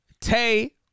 Tay